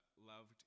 loved